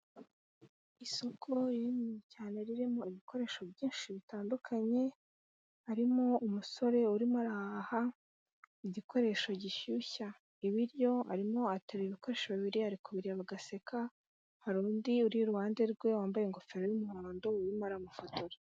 Isoko rinini cyane ririmo ibikoresho byinshi bitandukanye arimo umusore urimo araha, igikoresho gishyushya ibiryo arimo aterarura ibikoresho bibiri ari kubireba agaseka, hari undi uri iruhande rwe wambaye ingofero y'umuhondo urimo aramufotora.